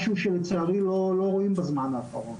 משהו שלצערי לא רואים בזמן האחרון.